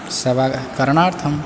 सेवा करणार्थं